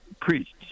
priests